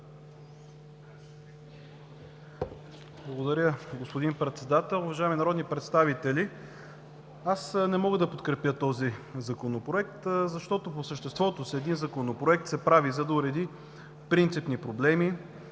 Благодаря, господин Председател. Уважаеми народни представители! Аз не мога да подкрепя този Законопроект, защото по същество един законопроект се прави, за да уреди принципно проблеми